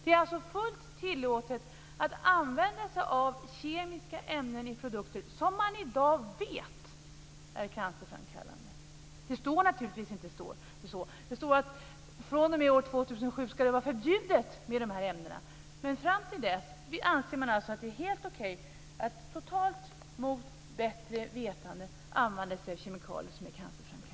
Det är alltså fullt tillåtet att använda sig av kemiska ämnen som man i dag vet är cancerframkallande i produkter. Det står naturligtvis inte så. Det står att det fr.o.m. år 2007 ska vara förbjudet med de här ämnena. Men fram till dess anser man alltså att det är helt okej att man, totalt mot bättre vetande, använder sig av kemikalier som är cancerframkallande.